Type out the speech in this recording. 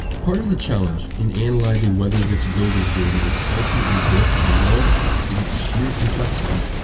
part of the challenge in analyzing whether this building boom is ultimately good for the world is its sheer complexity.